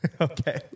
okay